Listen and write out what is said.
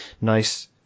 nice